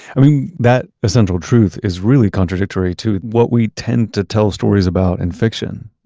i mean, that essential truth is really contradictory to what we tend to tell stories about in fiction.